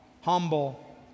humble